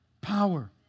power